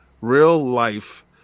real-life